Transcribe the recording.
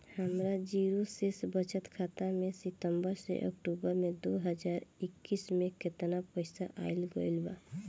हमार जीरो शेष बचत खाता में सितंबर से अक्तूबर में दो हज़ार इक्कीस में केतना पइसा आइल गइल बा?